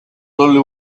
only